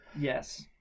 Yes